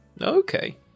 Okay